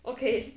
okay